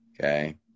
okay